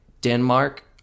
Denmark